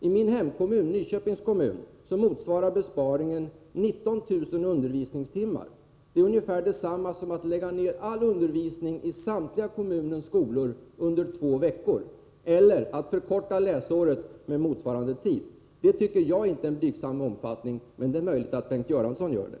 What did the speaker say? I min hemkommun, Nyköpings kommun, motsvarar besparingen 19 000 undervisningstimmar. Det är ungefär detsamma som att lägga ned all undervisning i samtliga kommunens skolor under två veckor, eller att förkorta läsåret med motsvarande tid. Det tycker inte jag är en blygsam omfattning, men det är möjligt att Bengt Göransson tycker det.